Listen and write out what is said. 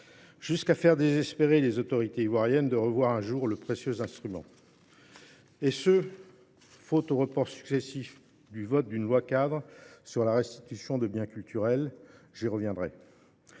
Jusqu'à faire désespérer les autorités ivoiriennes de revoir un jour le précieux instrument. Et ce, faute au report successif du vote d'une loi cadre sur la restitution de biens culturels, j'y reviendrai.